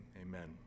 amen